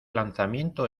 lanzamiento